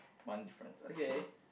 mine friends okay